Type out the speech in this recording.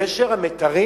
את גשר המיתרים?